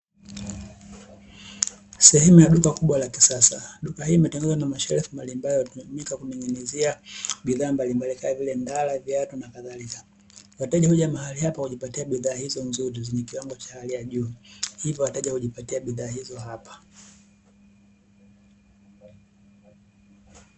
Sehemu ya duka kubwa la kisasa, duka hili limetengenezwa na mashefu mbalimbali yanayotumika kuning'inizia bidhaa mbalimbali, kama vile ndala, viatu, na kadhalika. Wateja huja mahali hapa kujipatia bidhaa hizo nzuri na zenye kiwango cha hali ya juu. Hivyo wateja hujipatia bidhaa hizo hapa.